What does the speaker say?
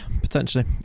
potentially